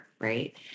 right